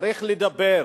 צריך לדבר.